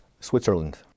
switzerland